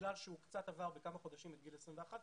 בגלל שהוא קצת עבר בכמה חודשים את גיל 21,